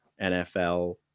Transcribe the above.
NFL